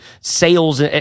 sales